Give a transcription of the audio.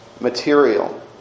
material